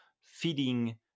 feeding